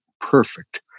perfect